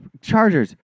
chargers